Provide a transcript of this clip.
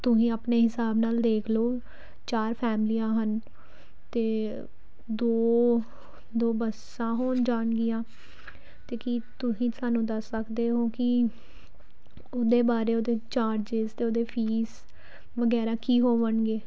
ਤੁਸੀਂ ਆਪਣੇ ਹਿਸਾਬ ਨਾਲ ਦੇਖ ਲਓ ਚਾਰ ਫੈਮਲੀਆਂ ਹਨ ਅਤੇ ਦੋ ਦੋ ਬੱਸਾਂ ਹੋ ਜਾਣਗੀਆਂ ਅਤੇ ਕੀ ਤੁਸੀਂ ਸਾਨੂੰ ਦੱਸ ਸਕਦੇ ਹੋ ਕਿ ਉਹਦੇ ਬਾਰੇ ਉਹਦੇ ਚਾਰਜਿਸ ਅਤੇ ਉਹਦੀ ਫੀਸ ਵਗੈਰਾ ਕੀ ਹੋਵੇਗੀ